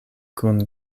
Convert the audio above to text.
kun